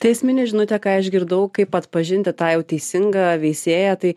tai esminė žinutė ką išgirdau kaip atpažinti tą teisingą veisėją tai